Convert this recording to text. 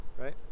Right